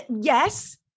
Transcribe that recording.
yes